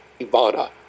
Ivana